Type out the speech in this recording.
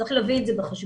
צריך להביא את זה בחשבון,